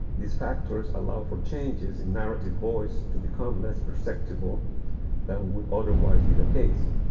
these factors allow for changes in narrative voice to become less perceptible than would otherwise be the case.